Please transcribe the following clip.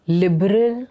liberal